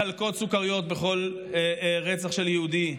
מחלקות סוכריות בכל רצח של יהודי,